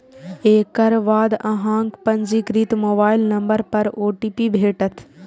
एकर बाद अहांक पंजीकृत मोबाइल नंबर पर ओ.टी.पी भेटत